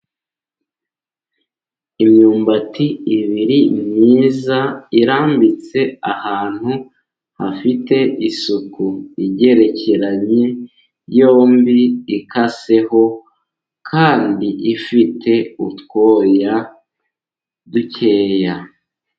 Imyumbati ibiri myiza irambitse ahantu hafite isuku, igerekeranye yombi ikaseho, kandi ifite utwoya dukeya.